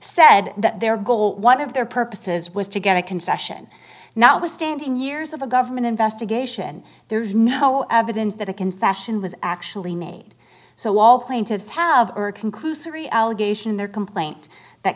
said that their goal one of their purposes was to get a concession now standing years of a government investigation there's no evidence that a concession was actually made so all plaintiffs have are conclusory allegation in their complaint that